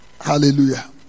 Hallelujah